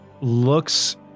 looks